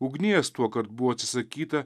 ugnies tuokart buvo atsisakyta